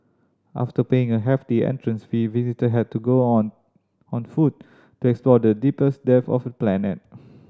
after paying a hefty entrance fee visitor had to go on on foot to explore the deepest depth of the planet